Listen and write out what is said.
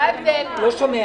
האדם שמקריין את הסרטון זה